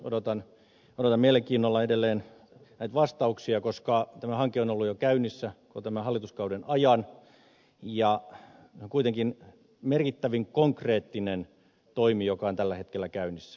odotan mielenkiinnolla edelleen vastauksia koska tämä hanke on ollut käynnissä jo koko tämän hallituskauden ajan ja se on kuitenkin merkittävin konkreettinen toimi joka on tällä hetkellä käynnissä